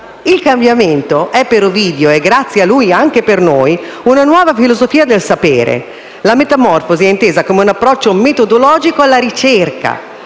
Il cambiamento è per Ovidio, e grazie a lui anche per noi, una nuova filosofia del sapere. La metamorfosi è intesa come approccio metodologico alla ricerca: